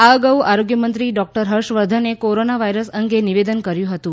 આ અગાઉ આરોગ્યમત્રી ડોકટર હર્ષવર્ધને કોરોના વાયરસ અંગે નિવેદન કર્યું હતું